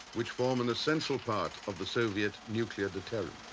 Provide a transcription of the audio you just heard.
which form an essential part of the soviet nuclear deterrent.